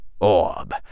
orb